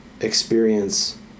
experience